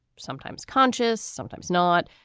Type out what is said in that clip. sometimes conscious, sometimes not.